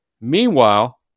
Meanwhile